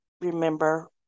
remember